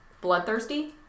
bloodthirsty